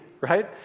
right